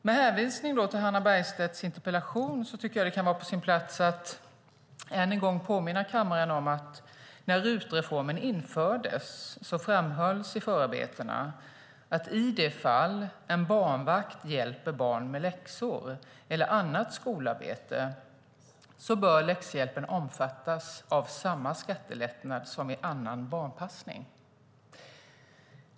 Med hänvisning till Hannah Bergstedts interpellation tycker jag att det kan vara på sin plats att än en gång påminna kammaren om att när RUT-reformen infördes framhölls i förarbetena att i de fall en barnvakt hjälper barn med läxor eller annat skolarbete bör läxhjälpen omfattas av samma skattelättnad som annan barnpassning.